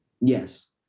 Yes